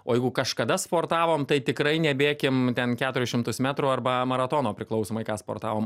o jeigu kažkada sportavom tai tikrai nebėkim ten keturis šimtus metrų arba maratono priklausomai ką sportavom